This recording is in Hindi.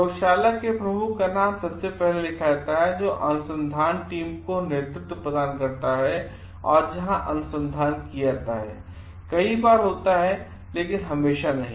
प्रयोगशाला के प्रमुख का नाम सबसे पहले लिखा जाता है जो अनुसंधान टीम को नेतृत्व प्रदान करता है और जहां अनुसंधान किया जाता है कई बार होता है लेकिन हमेशा नहीं